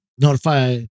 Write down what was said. notify